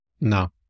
No